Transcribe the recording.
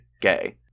gay